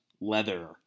Leather